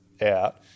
out